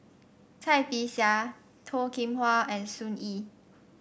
Cai Bixia Toh Kim Hwa and Sun Yee